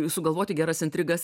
sugalvoti geras intrigas